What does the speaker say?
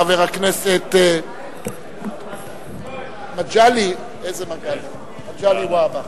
חבר הכנסת מגלי והבה.